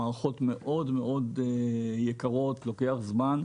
המערכות מאוד יקרות ולוקח זמן,